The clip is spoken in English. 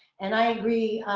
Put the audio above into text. and i agree